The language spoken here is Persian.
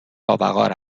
باوقار